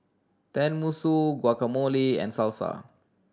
Tenmusu Guacamole and Salsa